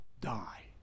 die